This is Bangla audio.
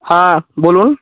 হ্যাঁ বলুন